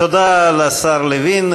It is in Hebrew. תודה לשר לוין.